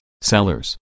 sellers